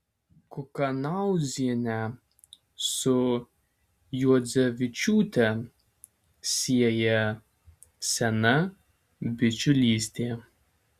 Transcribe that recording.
kukanauzienę su juodzevičiūte sieja sena bičiulystė